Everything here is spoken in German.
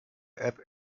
app